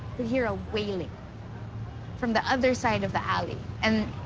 we hear a wailing from the other side of the alley, and.